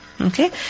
Okay